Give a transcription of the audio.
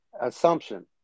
Assumption